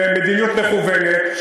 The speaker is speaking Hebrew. במדיניות מכוונת,